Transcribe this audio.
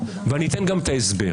ואני אביא גם את ההסבר.